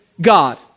God